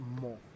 more